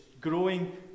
growing